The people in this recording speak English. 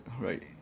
right